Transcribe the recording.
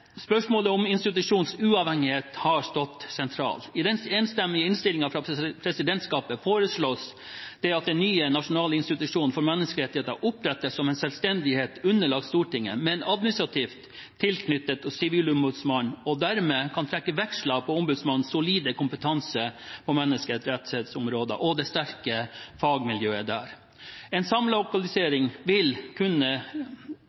Spørsmålet om institusjonens uavhengighet har stått sentralt. I den enstemmige innstillingen fra presidentskapet foreslås det at den nye nasjonale institusjonen for menneskerettigheter opprettes som en selvstendig enhet, underlagt Stortinget, men administrativt tilknyttet Sivilombudsmannen og derved kan trekke veksler på ombudsmannens solide kompetanse på menneskerettighetsområdet og det sterke fagmiljøet der. En samlokalisering vil kunne